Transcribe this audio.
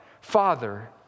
Father